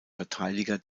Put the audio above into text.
verteidiger